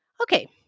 Okay